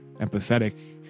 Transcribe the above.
empathetic